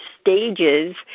stages